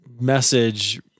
message